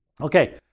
Okay